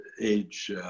age